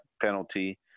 penalty